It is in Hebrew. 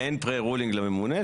מעין פרה רולינג לממונה,